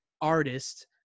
artist